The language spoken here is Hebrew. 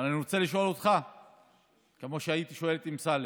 אבל אני רוצה לשאול אותך כמו שהייתי שואל את אמסלם,